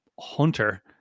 hunter